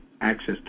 access